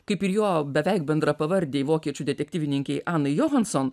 kaip ir jo beveik bendrapavardei vokiečių detektyvininkei anai johanson